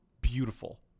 beautiful